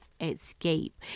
escape